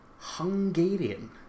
Hungarian